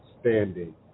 standing